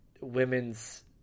women's